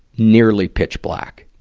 nearly pitch black?